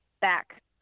back